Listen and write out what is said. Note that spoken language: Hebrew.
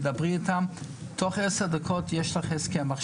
דברי איתם, תוך עשר דקות יש לך הסכם.